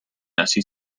hasi